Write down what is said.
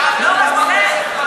שר הביטחון, שר התקשורת לא סומך עליך?